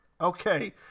okay